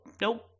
nope